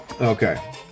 Okay